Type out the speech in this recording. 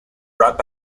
brought